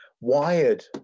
wired